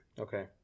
Okay